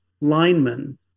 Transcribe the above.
lineman